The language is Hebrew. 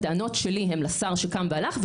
הטענות שלי הן לשר שקם והלך,